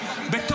האמת.